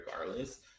regardless